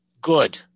good